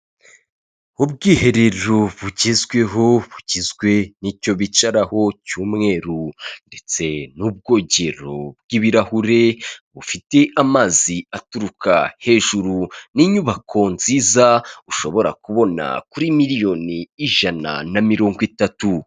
Ubwiherero bugezweho bugizwe n'icyo bicaraho cy’umweru ndetse n'ubwogero bw'ibirahure, bufite amazi aturuka hejuru. N'inyubako nziza ushobora kubona kuri miliyoni ijana na mirongo itatu.